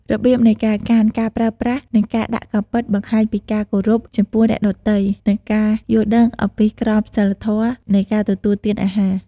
របៀបនៃការកាន់ ការប្រើប្រាស់ និងការដាក់កាំបិតបង្ហាញពីការគោរពចំពោះអ្នកដទៃ និងការយល់ដឹងអំពីក្រមសីលធម៌នៃការទទួលទានអាហារ។